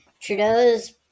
Trudeau's